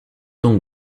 donc